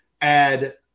add –